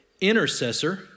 intercessor